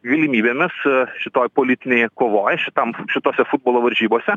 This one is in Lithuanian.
galimybėmis a šitoj politinėj kovoj šitam šitose futbolo varžybose